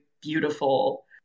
beautiful